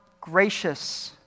gracious